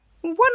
one